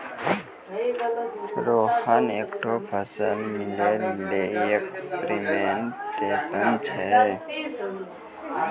रोहन एकठो सफल millennial entrepreneur छै